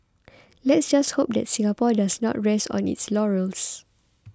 let's just hope that Singapore does not rest on its laurels